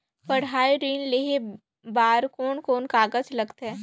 पढ़ाई ऋण लेहे बार कोन कोन कागज लगथे?